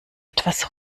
etwas